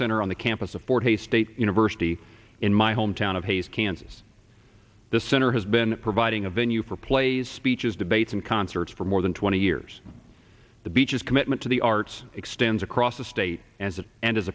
center on the campus of forte state university in my home town of hayes kansas the center has been providing a venue for plays speeches debates and concerts for more than twenty years the beaches commitment to the arts extends across the state and that and